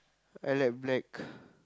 I like black